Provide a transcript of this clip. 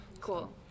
Cool